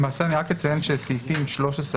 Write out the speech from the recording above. אני אציין שסעיפים 13,